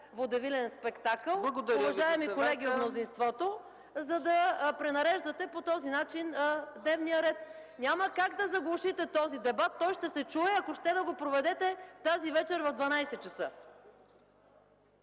водевилен спектакъл, уважаеми колеги от мнозинството, за да пренареждате по този начин дневния ред. Няма как да заглушите този дебат, той ще се чуе, ако ще да го проведете тази вечер в 12,00 ч.